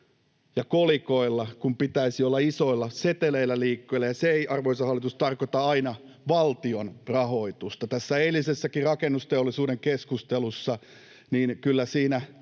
ja kolikoilla pelataan, kun pitäisi olla isoilla seteleillä liikkeellä, ja se ei, arvoisa hallitus, tarkoita aina valtion rahoitusta. Niin kuin eilisessäkin rakennusteollisuuskeskustelussa, kyllä aina